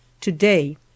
Today